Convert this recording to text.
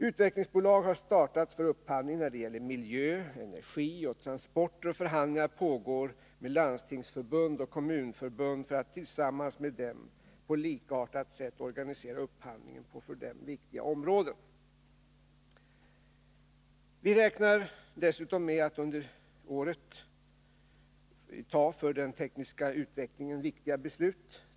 Utvecklingsbolag har startats för upphandling när det gäller miljö, energi och transporter, och förhandlingar pågår med Landstingsförbundet och Kommunförbundet för att tillsammans med förbunden på likartat sätt organisera upphandlingen på för dem viktiga områden. Vi räknar dessutom med att under året ta för den tekniska utvecklingen viktiga beslut.